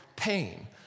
pain